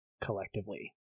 collectively